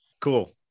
Cool